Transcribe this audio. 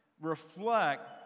reflect